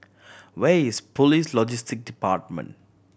where is Police Logistic Department